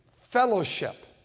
fellowship